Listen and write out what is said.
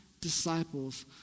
disciples